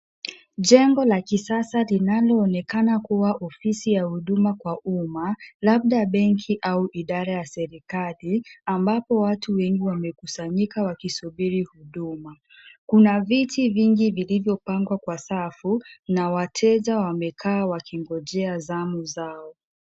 Jengo la kisasa linaloonekana kuwa ofisi ya huduma kwa umma labda benki au idara ya serikali ambapo watu wengi wamekusanyika wakisubiri huduma. Kuna viti vingi vilivyopangwa kwa safu na wateja wamekaa wakingojea zamu zao.